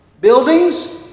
Buildings